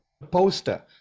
Poster